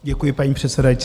Děkuji, paní předsedající.